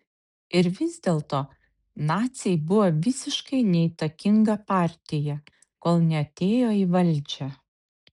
ir vis dėlto naciai buvo visiškai neįtakinga partija kol neatėjo į valdžią